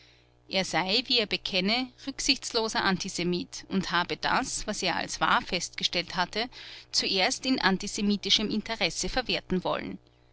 er sei wie er bekenne rücksichtsloser antisemit und habe das was er als wahr festgestellt hatte zuerst in antisemitischem interesse verwerten wollen